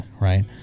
right